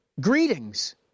greetings